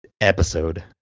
episode